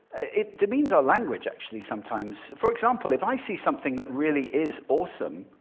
it demeans our language, actually, sometimes. for example, if i see something that really is awesome,